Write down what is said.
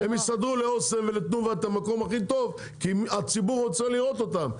הם יסדרו לאסם ולתנובה את המקום הכי טוב כי הציבור רוצה לראות אותם,